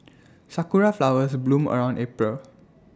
Sakura Flowers bloom around April